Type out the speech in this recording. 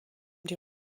die